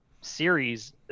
series